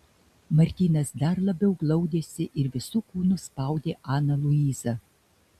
martynas dar labiau glaudėsi ir visu kūnu spaudė aną luizą